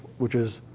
which is